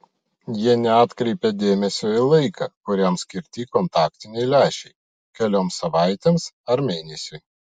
jie neatkreipia dėmesio į laiką kuriam skirti kontaktiniai lęšiai kelioms savaitėms ar mėnesiui